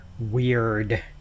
weird